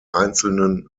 einzelnen